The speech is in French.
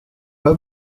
pas